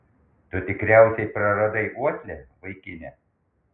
tu tikriausiai praradai uoslę vaikine